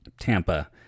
Tampa